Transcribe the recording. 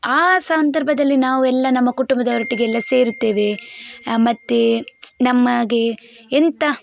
ಆ ಸಂದರ್ಭದಲ್ಲಿ ನಾವು ಎಲ್ಲ ನಮ್ಮ ಕುಟುಂಬದವರೊಟ್ಟಿಗೆಲ್ಲ ಸೇರುತ್ತೇವೆ ಮತ್ತೆ ನಮಗೆ ಎಂಥ